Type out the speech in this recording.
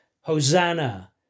Hosanna